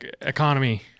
economy